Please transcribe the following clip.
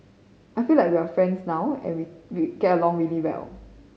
I feel like we are friends now and we we get along really well